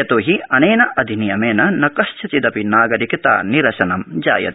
यतोहि अनेनाधिनियमेन न कस्यचिदपि नागरिकता निरसनं जायते